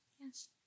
Yes